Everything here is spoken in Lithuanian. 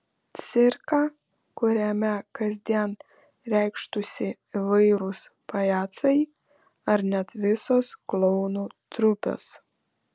cirką kuriame kasdien reikštųsi įvairūs pajacai ar net visos klounų trupės